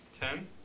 Ten